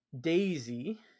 Daisy